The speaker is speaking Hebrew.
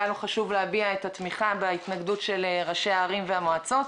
היה לו חשוב להביע את התמיכה בהתנגדות של ראשי הערים והמועצות.